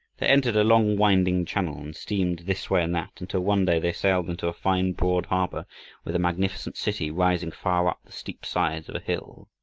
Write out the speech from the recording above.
they entered a long winding channel and steamed this way and that until one day they sailed into a fine broad harbor with a magnificent city rising far up the steep sides of a hill.